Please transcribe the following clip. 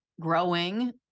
growing